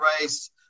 race